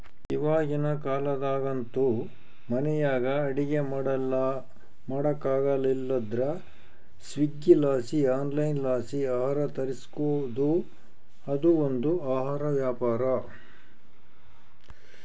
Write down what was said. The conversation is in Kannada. ಇವಾಗಿನ ಕಾಲದಾಗಂತೂ ಮನೆಯಾಗ ಅಡಿಗೆ ಮಾಡಕಾಗಲಿಲ್ಲುದ್ರ ಸ್ವೀಗ್ಗಿಲಾಸಿ ಆನ್ಲೈನ್ಲಾಸಿ ಆಹಾರ ತರಿಸ್ಬೋದು, ಅದು ಒಂದು ಆಹಾರ ವ್ಯಾಪಾರ